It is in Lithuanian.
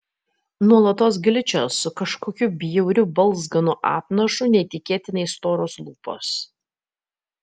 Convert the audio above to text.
nuolatos gličios su kažkokiu bjauriu balzganu apnašu neįtikėtinai storos lūpos